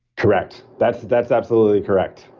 correct. that's that's absolutely correct.